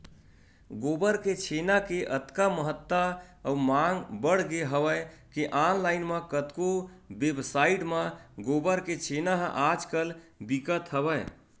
गोबर के छेना के अतका महत्ता अउ मांग बड़गे हवय के ऑनलाइन म कतको वेबसाइड म गोबर के छेना ह आज कल बिकत हवय